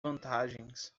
vantagens